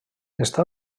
està